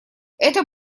это